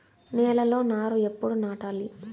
నేలలో నారు ఎప్పుడు నాటాలి?